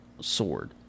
SWORD